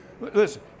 Listen